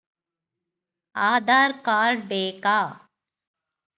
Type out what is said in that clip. Aadhaar card ಬೇಕಾ?